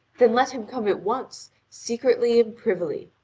then let him come at once, secretly and privily,